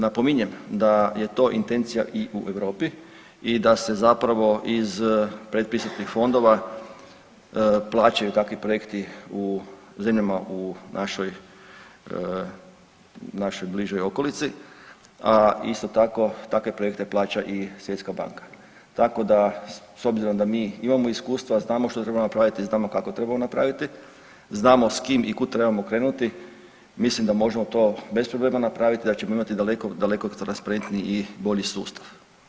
Napominjem da je to intencija i u Europi, i da se zapravo iz pretpristupnih fondova plaćaju takvi projekti u zemljama u našoj bližoj okolici, a isto tako, takve projekte plaća i Svjetska banka, tako da s obzirom da mi imamo iskustva, znamo što treba napraviti, znamo kako trebamo napraviti, znamo s kim i kud trebamo krenuti, mislim da možemo to bez problema napraviti, da ćemo imati daleko, daleko transparentniji i bolji sustav.